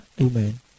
Amen